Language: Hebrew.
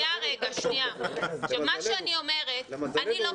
אני אומרת שאנחנו לא